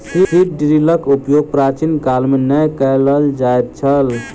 seed ड्रीलक उपयोग प्राचीन काल मे नै कय ल जाइत छल